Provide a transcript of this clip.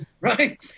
right